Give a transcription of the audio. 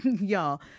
y'all